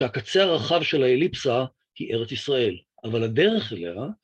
שהקצה הרחב של האליפסה היא ארץ ישראל, אבל הדרך אליה...